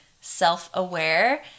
self-aware